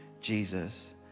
Jesus